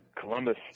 Columbus